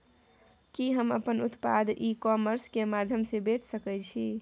कि हम अपन उत्पाद ई कॉमर्स के माध्यम से बेच सकै छी?